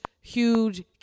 huge